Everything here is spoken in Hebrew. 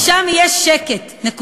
ושם יהיה שקט, נקודה.